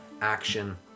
action